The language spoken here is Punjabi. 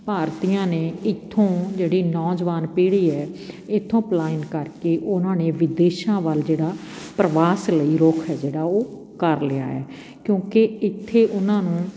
ਭਾਰਤੀਆਂ ਨੇ ਇੱਥੋਂ ਜਿਹੜੀ ਨੌਜਵਾਨ ਪੀੜ੍ਹੀ ਹੈ ਇੱਥੋਂ ਪਲਾਇਨ ਕਰਕੇ ਉਨ੍ਹਾਂ ਨੇ ਵਿਦੇਸ਼ਾਂ ਵੱਲ ਜਿਹੜਾ ਪ੍ਰਵਾਸ ਲਈ ਰੁੱਖ ਹੈ ਜਿਹੜਾ ਉਹ ਕਰ ਲਿਆ ਹੈ ਕਿਉਂਕਿ ਇੱਥੇ ਉਨ੍ਹਾਂ ਨੂੰ